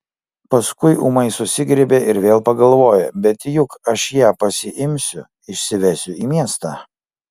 paskui ūmai susigriebė ir vėl pagalvojo bet juk aš ją pasiimsiu išsivesiu į miestą